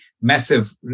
massive